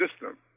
system